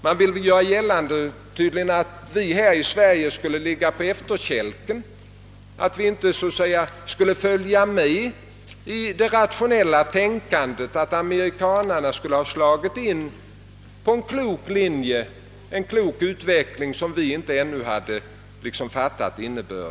De vill tydligen göra gällande att vi skulle ligga på efterkälken och så att säga inte skulle följa med i det rationella tänkandet, medan amerikanerna skulle ha valt en klok utveckling, vars innebörd vi ännu inte riktigt fattat.